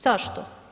Zašto?